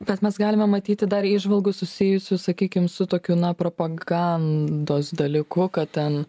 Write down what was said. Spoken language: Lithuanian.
bet mes galime matyti dar įžvalgų susijusių sakykim su tokiu na propagandos dalyku kad ten